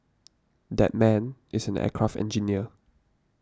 that man is an aircraft engineer